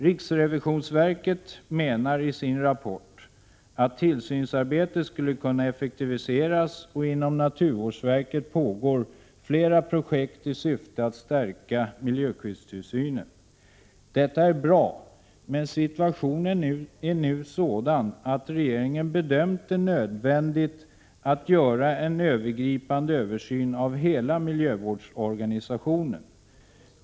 Riksrevisionsverket framför i sin rapport meningen att tillsynsarbetet skulle kunna effektiviseras, och inom naturvårdsverket pågår flera projekt i syfte att stärka miljöskyddstillsynen. Detta är bra, men situationen är nu sådan att regeringen bedömt det nödvändigt att göra en övergripande översyn av hela miljövårdsorganisationen.